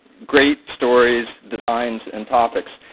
great stories, designs, and topics.